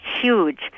huge